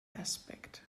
aspect